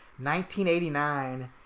1989